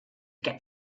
get